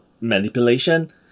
manipulation